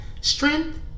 strength